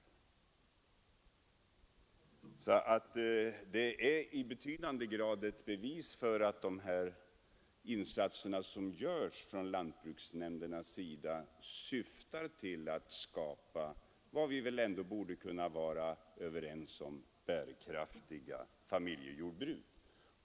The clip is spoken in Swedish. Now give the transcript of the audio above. Det är i betydande grad ett bevis för att de insatser som görs av lantbruksnämnderna syftar till att skapa vad vi väl ändå borde kunna vara överens om är bärkraftiga familjejordbruk.